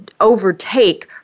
overtake